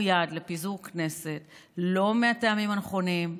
יד לפיזור כנסת לא מהטעמים הנכונים,